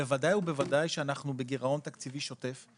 בוודאי ובוודאי שאנחנו בגירעון תקציבי שוטף,